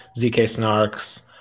ZK-SNARKs